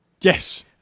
Yes